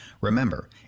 Remember